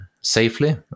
safely